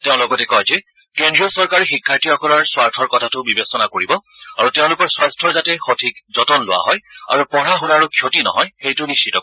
তেওঁ লগতে কয় যে কেন্দ্ৰীয় চৰকাৰে শিক্ষাৰ্থীসকলৰ স্বাৰ্থৰ কথাটো বিবেচনা কৰিব আৰু তেওঁলোকৰ স্বাস্থাৰ যাতে সঠিক যতন লোৱা হয় আৰু পঢ়া শুনাৰো ক্ষতি নহয় সেইটো নিশ্চিত কৰিব